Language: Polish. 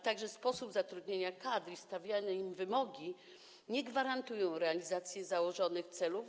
Także sposób zatrudniania kadr i stawiane im wymogi nie gwarantują realizacji założonych celów.